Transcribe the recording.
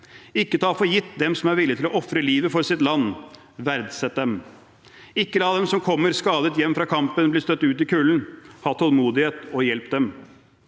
Ikke ta for gitt dem som er villig til å ofre livet for sitt land. Verdsett dem! Ikke la dem som kommer skadet hjem fra kampen bli støtt ut i kulden. Ha tålmodighet og hjelp dem!